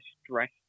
stress